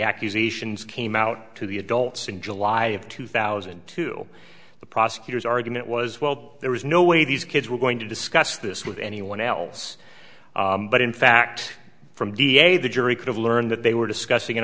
accusations came out to the adults in july of two thousand and two the prosecutor's argument was well there was no way these kids were going to discuss this with anyone else but in fact from da the jury could have learned that they were discussing it